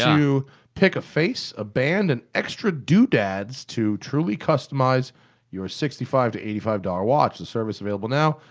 you pick a face, a band, and extra doodads to truly customize your sixty five to eighty five dollar watch. the service, available now,